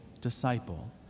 disciple